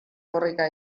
korrika